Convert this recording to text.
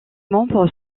membres